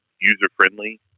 user-friendly